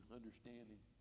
understanding